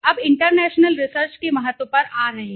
अब international research के महत्व पर आ रहा है